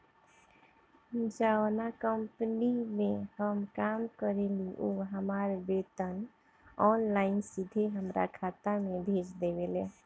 जावना कंपनी में हम काम करेनी उ हमार वेतन ऑनलाइन सीधे हमरा खाता में भेज देवेले